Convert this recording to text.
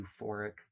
euphoric